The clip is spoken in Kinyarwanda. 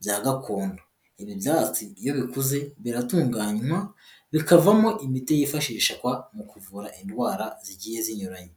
bya gakondo. Ibi byatsi iyo bikuze biratunganywa bikavamo imiti yifashishwa mu kuvura indwara zigiye zinyuranye.